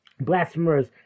blasphemers